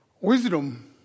Wisdom